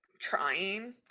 trying